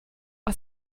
aus